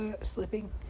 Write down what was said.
slipping